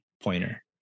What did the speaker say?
pointer